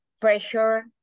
pressure